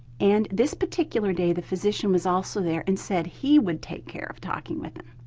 and this particular day the physician was also there and said he would take care of talking with them.